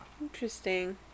Interesting